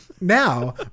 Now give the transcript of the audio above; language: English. now